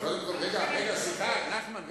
נחמן,